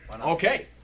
Okay